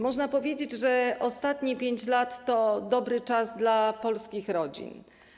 Można powiedzieć, że ostatnie 5 lat to dobry czas dla polskich rodzin.